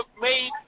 made